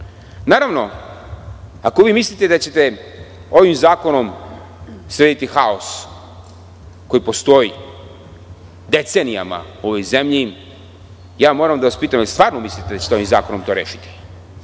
ako vi mislite da ćete ovim zakonom srediti haos koji postoji decenijama u ovoj zemlji, ja moram da vas pitam da li mislite da ćete ovim zakonom to rešiti?